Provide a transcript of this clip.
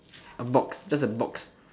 a box just a box